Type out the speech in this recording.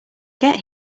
get